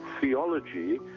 theology